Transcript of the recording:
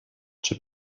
czy